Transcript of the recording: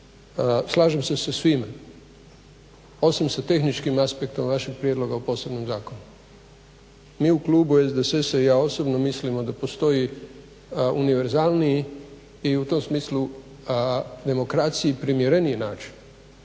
Slažem se sa svime, osim sa tehničkim aspektom vašeg prijedloga o posebnom zakonu. Mi u klubu SDSS-a i ja osobno mislimo da postoji univerzalniji i u tom smislu demokraciji primjereniji način,